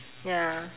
ya